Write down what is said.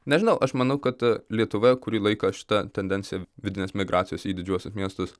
nežinau aš manau kad lietuvoje kurį laiką šita tendencija vidinės migracijos į didžiuosius miestus